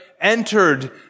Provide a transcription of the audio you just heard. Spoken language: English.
entered